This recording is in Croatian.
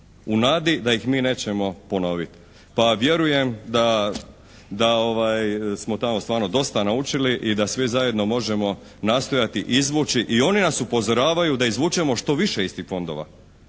u nadi da ih mi nećemo ponoviti. Pa vjerujem da smo tamo stvarno dosta naučili i da svi zajedno možemo nastojati izvući i oni nas upozoravaju da izvučemo što više iz tih fondova,